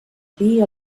dir